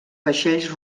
vaixells